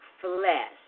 flesh